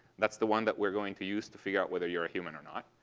that's the one that we're going to use to figure out whether you're a human or not.